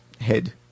head